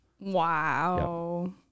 Wow